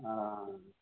ہاں